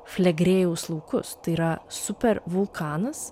flegrėjaus laukus tai yra super vulkanas